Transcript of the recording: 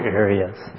areas